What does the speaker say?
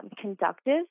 conductive